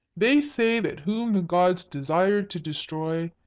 they say that whom the gods desire to destroy,